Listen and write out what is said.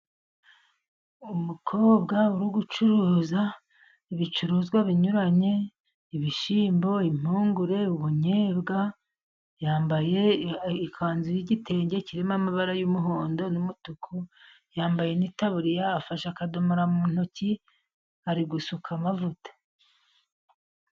Umukobwa uri gucuruza ibicuruzwa binyuranye; ibishyimbo, impungure, n'ubunyebwa. Yambaye ikanzu y'igitenge kirimo amabara y'umuhondo n'umutuku, yambaye n'itaburiya afashe akadomora mu ntoki ari gusuka amavuta.